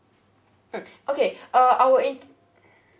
mm okay uh I will in~